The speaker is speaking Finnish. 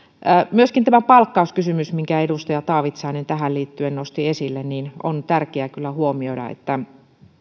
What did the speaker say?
myöskin tämä palkkauskysymys minkä edustaja taavitsainen tähän liittyen nosti esille on tärkeää kyllä huomioida että